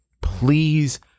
please